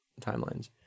timelines